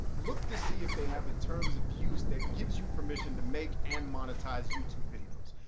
look to see if they have a terms of use that gives you permission to make and monetize youtube videos.